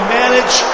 manage